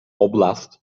oblast